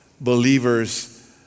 believers